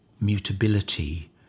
mutability